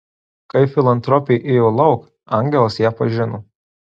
kai filantropė ėjo lauk angelas ją pažino